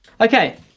Okay